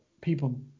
people